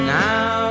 now